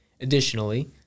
Additionally